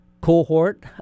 cohort